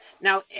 Now